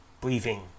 breathing